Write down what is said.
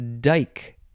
dike